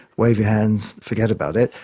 wave your hands, forget about it.